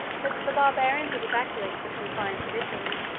that the barbarians would evacuate the confines of italy,